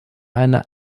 einer